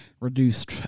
reduced